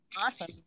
Awesome